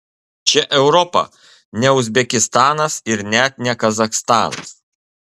čia europa ne uzbekistanas ir net ne kazachstanas